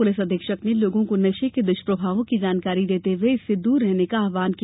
police अधीक्षक ने लोगों को नशे के दुष्प्रभावों की जानकारी देते हुये इससे दूर रहने का आव्हन किया